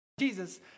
Jesus